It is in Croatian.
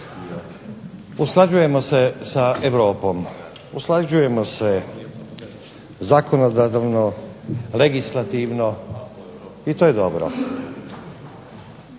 Usklađujemo se sa Europom, usklađujemo se zakonodavno, legislativno i to je dobro.